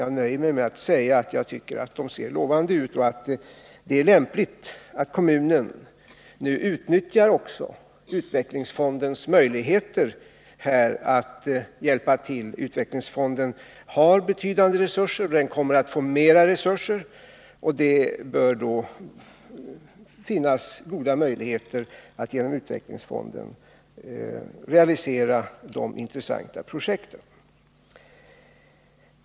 Jag nöjer mig med att säga att jag tycker att de ser lovande ut och att det är lämpligt att kommunen nu också utnyttjar utvecklingsfondens möjligheter att här hjälpa till. Utvecklingsfonden har betydande resurser, den kommer att få mera resurser, och det bör finnas goda möjligheter att genom utvecklingsfonden realisera de intressanta projekten.